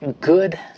good